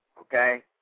Okay